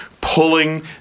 Pulling